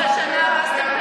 זה כל הקיום שלכם.